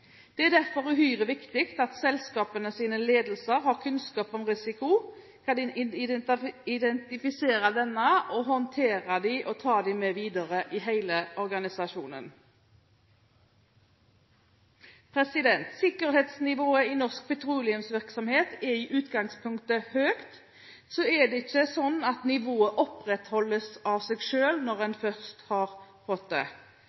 Det er derfor uhyre viktig at selskapenes ledelse har kunnskap om risiko, kan identifisere disse, håndtere dem og ta dem med videre i hele organisasjonen. Sikkerhetsnivået i norsk petroleumsvirksomhet er i utgangspunktet høyt. Så ser jeg det ikke sånn at nivået opprettholdes av seg selv når en først har nådd det.